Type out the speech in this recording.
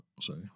sorry